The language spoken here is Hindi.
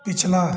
पिछला